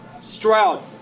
stroud